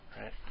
right